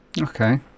Okay